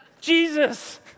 Jesus